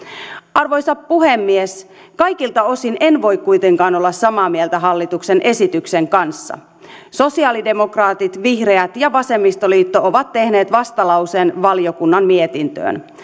arvoisa puhemies kaikilta osin en voi kuitenkaan olla samaa mieltä hallituksen esityksen kanssa sosialidemokraatit vihreät ja vasemmistoliitto ovat tehneet vastalauseen valiokunnan mietintöön